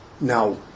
now